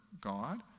God